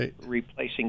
Replacing